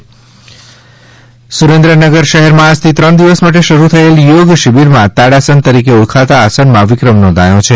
સુરેન્દ્રનગર યોગ માં વિક્રમ સુરેન્દ્રનગર શહેરમાં આજથી ત્રણ દિવસ માટે શરૂ થયેલી યોગ શિબિરમાં તાડા સન તરીકે ઓળખાતા આસન માં વિક્રમ નોંધાયો છે